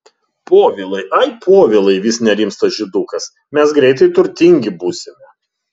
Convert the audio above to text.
povilai ai povilai vis nerimsta žydukas mes greitai turtingi būsime